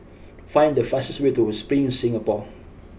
find the fastest way to Spring Singapore